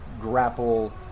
grapple